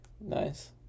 Nice